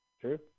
True